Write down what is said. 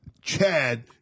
Chad